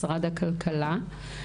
משרד הכלכלה,